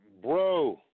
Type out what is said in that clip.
Bro